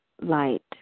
light